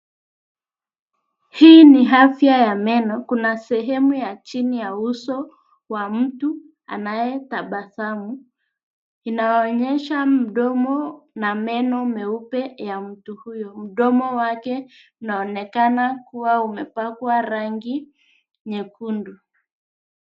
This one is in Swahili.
Hii ni afya ya meno, kuna sehemu ya chini ya uso wa mtu anayetabasamu, inaonyesha mdomo na meno meupe ya mtu huyo. Mdomo wake unaonekana kuwa umepakwa rangi nyekundu.